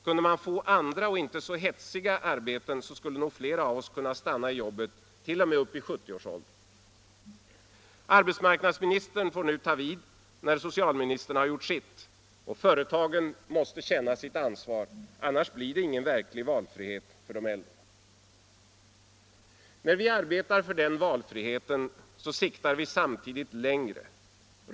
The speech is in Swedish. Kunde man få andra och inte så hetsiga arbeten skulle nog flera av oss kunna stanna i jobbet t.o.m. upp i 70 årsåldern.” Arbetsmarknadsministern får nu ta vid när socialministern har gjort sitt, och företagen måste känna sitt ansvar. Annars blir det ingen verklig När vi arbetar för denna valfrihet siktar vi samtidigt längre.